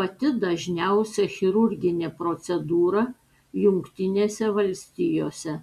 pati dažniausia chirurginė procedūra jungtinėse valstijose